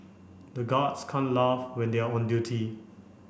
the guards can't laugh when they are on duty